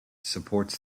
supports